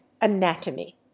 anatomy